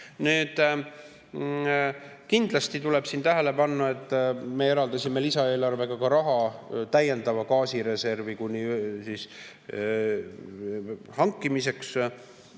Kindlasti tuleb siin tähele panna, et me eraldasime lisaeelarvega raha täiendava gaasireservi hankimiseks.